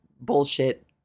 bullshit